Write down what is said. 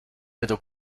middle